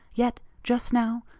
yet, just now,